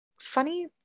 funny